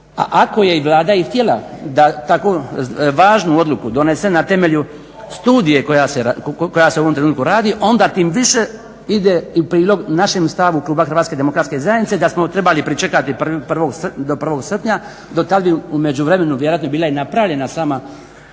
ako je i Vlada i htjela da tako važnu odluku donese na temelju studije koja se u ovom trenutku radi, onda tim više ide i u prilog našem stavu kluba HDZ-a da smo trebali pričekati do 1. srpnja, do tad bi u međuvremenu vjerojatno i bila napravljena sama